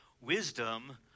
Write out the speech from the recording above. Wisdom